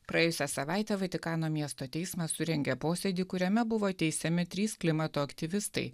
praėjusią savaitę vatikano miesto teismas surengė posėdį kuriame buvo teisiami trys klimato aktyvistai